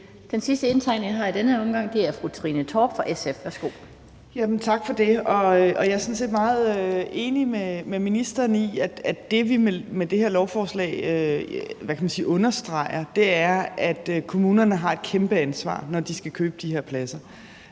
er fru Trine Torp fra SF. Værsgo. Kl. 12:29 Trine Torp (SF): Tak for det. Jeg er sådan set meget enig med ministeren i, at det, vi med det her lovforslag understreger, er, at kommunerne har et kæmpe ansvar, når de skal købe de her pladser,